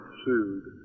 sued